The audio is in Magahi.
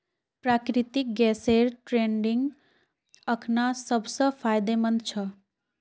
प्राकृतिक गैसेर ट्रेडिंग अखना सब स फायदेमंद छ